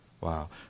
Wow